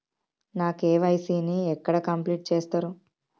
నా కే.వై.సీ ని ఎక్కడ కంప్లీట్ చేస్తరు?